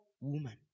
woman